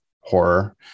horror